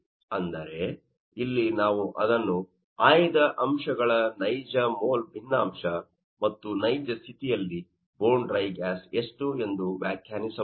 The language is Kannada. ಅಂದರೆ ಇಲ್ಲಿ ನಾವು ಅದನ್ನು i ದ ಅಂಶಗಳ ನೈಜ ಮೋಲ್ ಭಿನ್ನಾಂಶ ಮತ್ತು ನೈಜ ಸ್ಥಿತಿಯಲ್ಲಿ ಬೋನ್ ಡ್ರೈ ಗ್ಯಾಸ್ ಎಷ್ಟು ಎಂದು ವ್ಯಾಖ್ಯಾನಿಸಬಹುದು